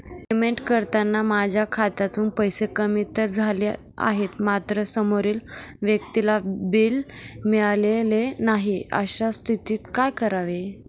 Payment करताना माझ्या खात्यातून पैसे कमी तर झाले आहेत मात्र समोरील व्यक्तीला बिल मिळालेले नाही, अशा स्थितीत काय करावे?